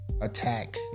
attack